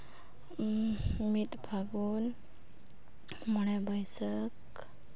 ᱢᱤᱫ ᱯᱷᱟᱹᱜᱩᱱ ᱢᱚᱬᱮ ᱵᱟᱹᱭᱥᱟᱹᱠᱷ